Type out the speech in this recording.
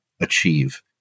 achieve